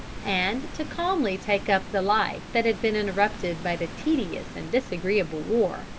and to calmly take up the life that had been interrupted by the tedious and disagreeable war.